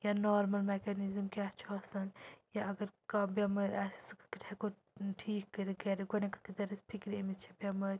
یا normal mechanism کیاہ چھُ آسان یا اگر کانٛہہ بیٚمٲرۍ آسہِ سُہ کِتھ کٲٹھۍ ہیٚکو ٹھیٖک کٔرِتھ گھرِ گۄڈٕنیٚتھ کٕتھ کٔنۍ تَرِ اسہِ فکرِ أمِس چھِ بیٚمٲرۍ